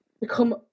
become